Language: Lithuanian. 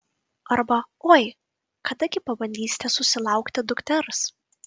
arba oi kada gi pabandysite susilaukti dukters